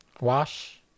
Wash